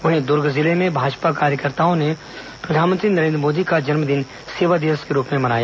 वहीं द्र्ग जिले में भाजपा कार्यकर्ताओं ने प्रधानमंत्री नरेन्द्र मोदी का जन्मदिन सेवा दिवस के रूप में मनाया